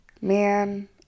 man